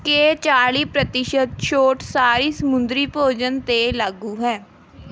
ਕਿ ਚਾਲੀ ਪ੍ਰਤੀਸ਼ਤ ਛੋਟ ਸਾਰੀ ਸਮੁੰਦਰੀ ਭੋਜਨ 'ਤੇ ਲਾਗੂ ਹੈ